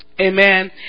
Amen